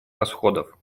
расходов